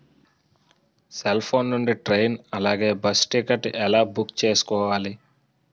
Cell phone నుండి ట్రైన్ అలాగే బస్సు టికెట్ ఎలా బుక్ చేసుకోవాలి?